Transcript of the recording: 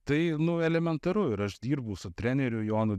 tai nu elementaru ir aš dirbu su treneriu jonu